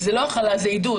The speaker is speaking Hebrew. זאת לא הכלה אלא זה עידוד.